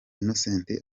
innocent